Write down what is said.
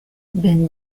ben